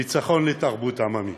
ניצחון לתרבות העממית.